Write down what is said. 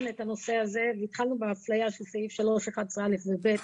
את הנושא הזה והתחלנו באפליה של סעיף 3(11)(א) ו-(ב).